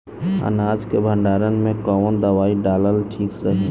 अनाज के भंडारन मैं कवन दवाई डालल ठीक रही?